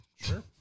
Sure